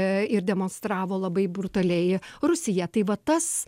e ir demonstravo labai brutaliai rusija tai va tas